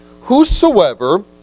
whosoever